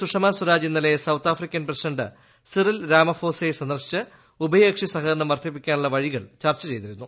സുഷമ സ്വരാജ് ഇന്നലെ South African president Cyril രാമഫോസയെ സന്ദർശിച്ച് ഉഭയകക്ഷി സഹകരണം വർദ്ധിപ്പിക്കാനുളള വഴികൾ ചർച്ചചെയ്തിരുന്നു